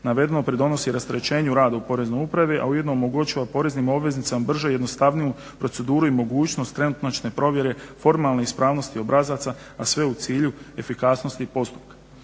Navedeno pridonosi rasterećenju rada u Poreznoj upravi, a ujedno omogućuje poreznim obveznicima bržu i jednostavniju proceduru i mogućnost trenutačne provjere formalne ispravnosti obrazaca, a sve u cilju efikasnosti postupka.